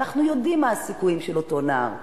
ואנחנו יודעים מה הסיכויים של אותו נער.